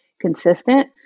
consistent